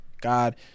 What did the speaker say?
god